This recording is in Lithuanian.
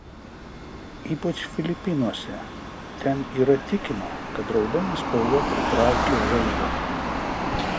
ypač filipinuose ten yra tikima kad raudona spalva pritraukia žaibą